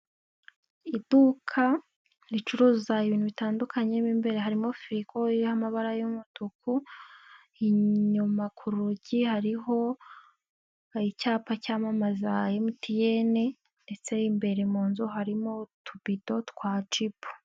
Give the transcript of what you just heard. Iduka ricuruza ibintu bitandukanye, mu imbere harimo: filigo y'amabara y'umutuku, inyuma ku rugi hariho icyapa cyamamaza MTN ndetse imbere mu nzu harimo utubido twa Jibu.